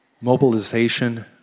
mobilization